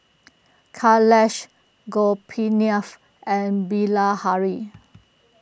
Kailash Gopinaph and Bilahari